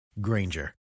Granger